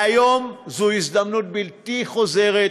והיום זו הזדמנות בלתי חוזרת,